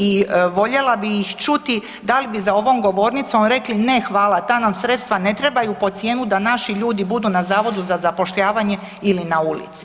I voljela bih ih čuti da li bi za ovom govornicom rekli ne, hvala, tam sredstava ne trebaju, pod cijenu da naši ljudi budu na Zavodu za zapošljavanje ili na ulici.